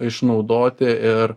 išnaudoti ir